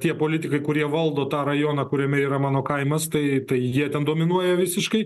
tie politikai kurie valdo tą rajoną kuriame yra mano kaimas tai tai jie ten dominuoja visiškai